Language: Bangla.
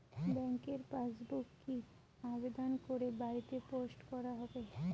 ব্যাংকের পাসবুক কি আবেদন করে বাড়িতে পোস্ট করা হবে?